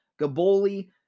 Gaboli